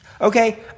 Okay